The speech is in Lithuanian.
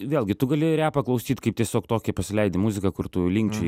vėlgi tu gali repą klausyt kaip tiesiog tokią pasileidi muziką kur tu linkčioji